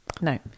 No